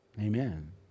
Amen